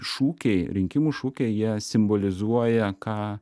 šūkiai rinkimų šūkiai jie simbolizuoja ką